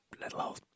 little